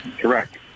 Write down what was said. Correct